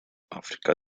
afrika